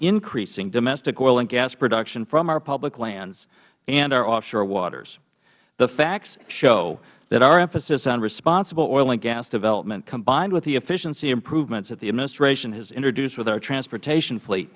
increasing domestic oil and gas production from our public lands and our offshore waters the facts show that our emphasis on responsible oil and gas development combined with the efficiency improvements that the administration has introduced with our transportation flee